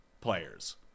players